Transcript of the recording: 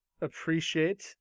appreciate